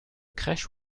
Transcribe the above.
crèche